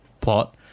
plot